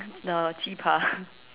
no 鸡扒